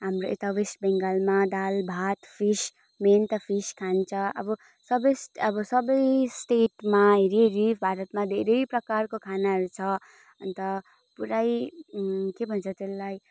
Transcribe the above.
हाम्रो यता वेस्ट बेङ्गालमा दाल भात फिस मेन त फिस खान्छ अब सबै स्ट अब सबै स्टेटमा हेरि हेरि भारतमा धेरै प्रकारको खानाहरू छ अन्त पुरै के भन्छ त्यसलाई